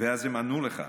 ואז הם ענו לך.